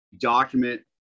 document